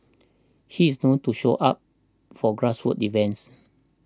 he is known to show up for grassroots event